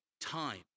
time